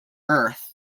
earth